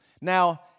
Now